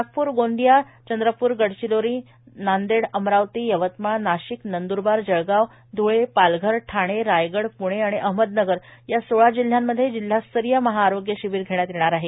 नागपूर गोंदिया चंद्रपूर गडचिरोली नांदेड अमरावती यवतमाळ नाशिक नंद्रबार जळगांव ध्ळे पालघर ठाणे रायगड प्णे आणि अहमदनगर या सोळा जिल्ह्यांमध्ये जिल्हास्तरीय महाआरोग्य शिबीर घेण्यात येणार आहे